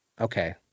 okay